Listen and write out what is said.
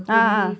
ah ah